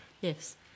Yes